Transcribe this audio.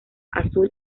azul